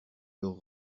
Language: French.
leurs